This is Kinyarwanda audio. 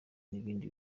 n’ibindi